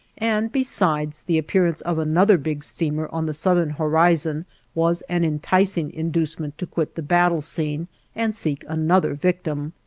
and besides the appearance of another big steamer on the southern horizon was an enticing inducement to quit the battle scene and seek another victim.